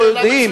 לא יודעים?